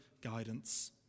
guidance